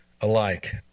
alike